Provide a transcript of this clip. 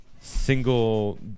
single